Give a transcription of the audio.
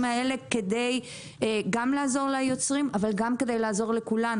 האלה כדי לעזור ליוצרים וגם כדי לעזור לכולנו,